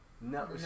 No